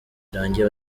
irangiye